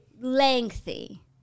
Lengthy